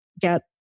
get